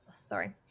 sorry